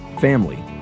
family